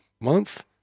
Month